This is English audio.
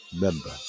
member